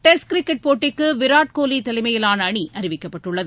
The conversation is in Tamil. டெஸ்ட் கிரிக்கெட் போட்டிக்கு விராட் கோலி தலைமையிலான அணி அறிவிக்கப்பட்டுள்ளது